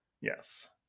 yes